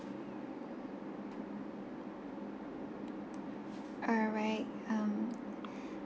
alright um